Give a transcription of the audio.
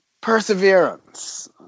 perseverance